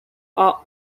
are